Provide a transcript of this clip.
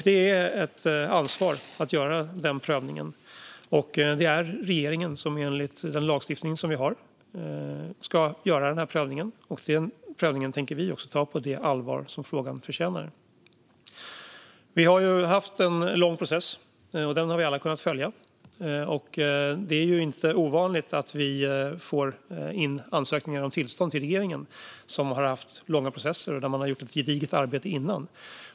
Det är ett ansvar att göra denna prövning. Och det är regeringen som enligt den lagstiftning som vi har ska göra denna prövning. Denna prövning tänker vi också ta på det allvar som frågan förtjänar. Vi har haft en lång process, och den har vi alla kunnat följa. Det är inte ovanligt att vi får in ansökningar om tillstånd till regeringen som har haft långa processer och där man har gjort ett gediget arbete innan.